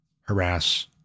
harass